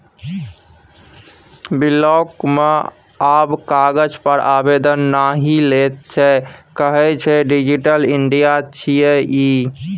block मे आब कागज पर आवेदन नहि लैत छै कहय छै डिजिटल इंडिया छियै ई